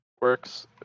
Works